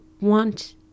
want